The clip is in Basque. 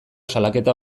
salaketa